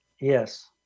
Yes